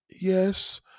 Yes